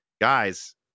guys